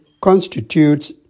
constitutes